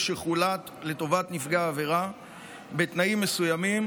שחולט לטובת נפגע העבירה בתנאים מסוימים.